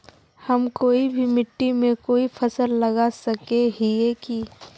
हम कोई भी मिट्टी में कोई फसल लगा सके हिये की?